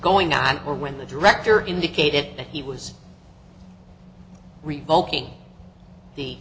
going on or when the director indicated that he was revoking the